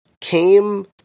came